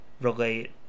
relate